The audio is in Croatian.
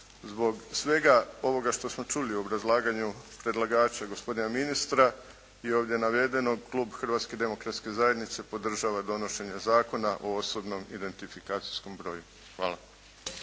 Zbog svega ovoga što smo čuli u obrazlaganju predlagača gospodina ministra i ovdje navedeno klub Hrvatske demokratske zajednice podržava donošenje Zakona o osobnom identifikacijskom broju. Hvala.